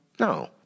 No